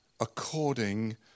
according